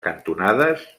cantonades